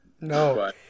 No